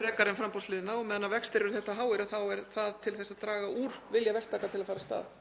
frekar en framboðshliðina og meðan vextir eru háir verður það til að draga úr vilja verktaka til að fara af stað.